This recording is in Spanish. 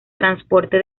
transporte